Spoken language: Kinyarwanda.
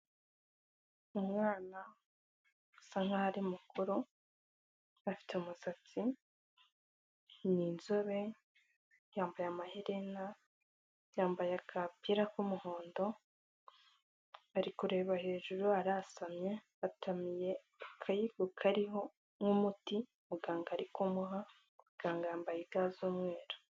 Umwana usa nkaho ari mukuru, afite umusatsi, ni inzobe, yambaye amaherena, yambaye akapira k'umuhondo, ari kureba hejuru arasamye, atamiye akayiko kariho nk'umuti, muganga ari kumuha, muganga yambaye ga z'umweru.